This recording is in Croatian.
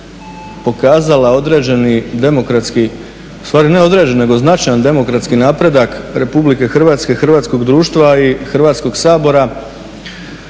pokazala određeni demokratski, ustvari ne određeni nego značajan demokratski napredak RH, hrvatskog društva i Hrvatskog sabora